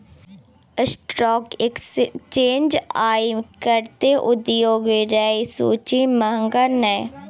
stock exchange आय कते उगलै रै सूची मंगा ने